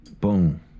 boom